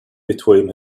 between